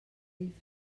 ell